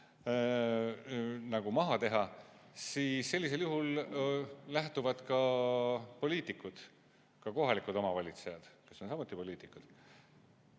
nagu maha teha, siis sellisel juhul lähtuvad ka poliitikud, ka kohalikud omavalitsejad, kes on samuti poliitikud,